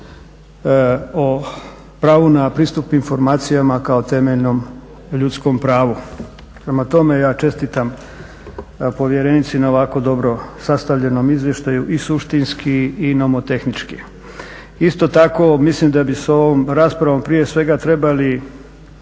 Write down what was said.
o pravu na pristup informacijama kao temeljnom ljudskom pravu. Prema tome, ja čestitam povjerenici na ovako dobro sastavljenom izvještaju i suštinski i nomotehnički. Isto tako mislim da bi sa ovom raspravom prije svega trebali